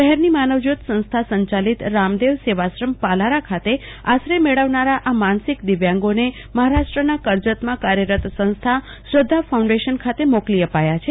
શેહરની માનવજ્યોત સંસ્થા સંચાલિત રામદેવ સેવાશ્રમ પાલારા ખાતે આશ્રય મેળવનારા આ માનસિક દિવ્યાંગોને મહારાષ્ટ્રના કર્જનમાં કાર્યરત સંસ્થા શ્રધ્ધા ફાઉન્ડેશન ખાતે મોકલી અપાયા છે